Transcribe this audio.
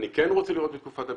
אני כן רוצה לראות בתקופת הביניים,